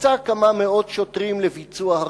מקצה כמה מאות שוטרים לביצוע הריסה,